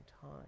time